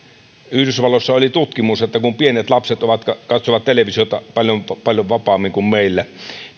yhdysvalloissa oli tutkimus että kun pienet lapset katsovat televisiota paljon paljon vapaammin kuin meillä